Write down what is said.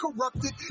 corrupted